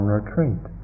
retreat